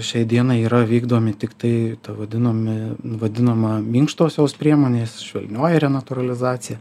šiai dienai yra vykdomi tiktai ta vadinami vadinama minkštosios priemonės švelnioji renatūralizacija